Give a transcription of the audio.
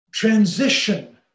Transition